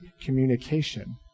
communication